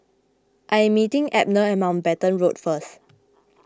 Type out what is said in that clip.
I am meeting Abner at Mountbatten Road first